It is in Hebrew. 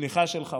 השליחה שלך,